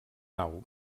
nau